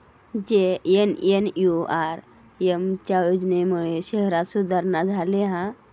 JNNURM च्या योजनेमुळे शहरांत सुधारणा झाली हा